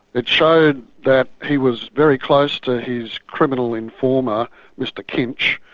it showed that he was very close to his criminal informer mr kinch.